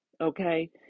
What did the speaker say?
Okay